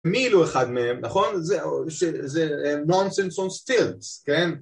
מילו אחד מהם, נכון? זה nonsense on stilts, כן?